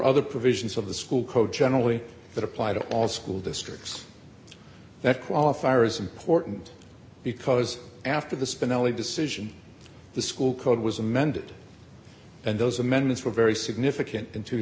other provisions of the school coach generally that apply to all school districts that qualifiers important because after the spinelli decision the school code was amended and those amendments were very significant in two